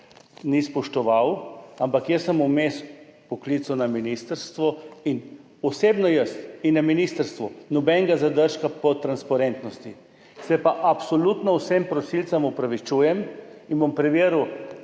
ni spoštoval, ampak jaz sem vmes poklical na ministrstvo in pri meni osebno in na ministrstvu ni nobenega zadržka do transparentnosti. Se pa absolutno vsem prosilcem opravičujem in bom preveril,